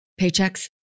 paychecks